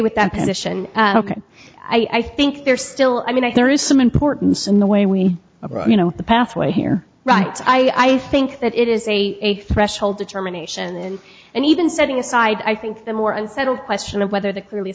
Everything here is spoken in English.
with that position ok i think there still i mean i threw some importance in the way we you know the pathway here right i think that it is a threshold determination and even setting aside i think the more unsettled question of whether the clearly